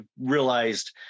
realized